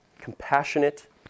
compassionate